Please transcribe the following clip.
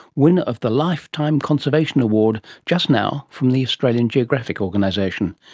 winner of the lifetime conservation award just now from the australian geographic organisation.